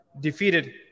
defeated